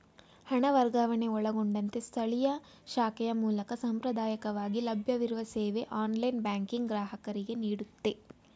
ಹಣ ವರ್ಗಾವಣೆ ಒಳಗೊಂಡಂತೆ ಸ್ಥಳೀಯ ಶಾಖೆಯ ಮೂಲಕ ಸಾಂಪ್ರದಾಯಕವಾಗಿ ಲಭ್ಯವಿರುವ ಸೇವೆ ಆನ್ಲೈನ್ ಬ್ಯಾಂಕಿಂಗ್ ಗ್ರಾಹಕರಿಗೆನೀಡುತ್ತೆ